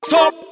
Top